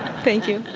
thank you.